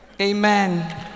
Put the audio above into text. Amen